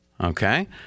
Okay